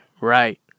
Right